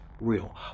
real